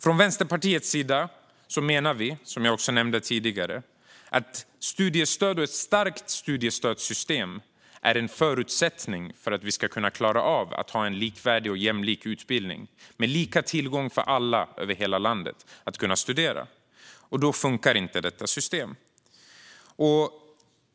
Från Vänsterpartiets sida menar vi, som jag nämnde tidigare, att studiestöd och ett starkt studiestödssystem är en förutsättning för att vi ska klara av att ha en likvärdig och jämlik utbildning, med lika tillgång till studier för alla över hela landet. Då funkar inte detta system.